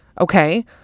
Okay